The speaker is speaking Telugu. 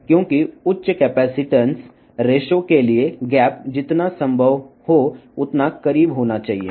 ఎందుకంటే అధిక కెపాసిటెన్స్ నిష్పత్తికి ఎప్పుడు కూడా అంతరం సాధ్యమైనంత దగ్గరగా ఉండాలి